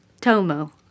Tomo